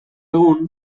egun